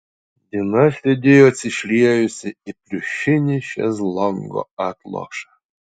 dina sėdėjo atsišliejusi į pliušinį šezlongo atlošą